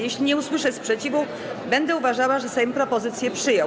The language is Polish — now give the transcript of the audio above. Jeśli nie usłyszę sprzeciwu, będę uważała, że Sejm propozycje przyjął.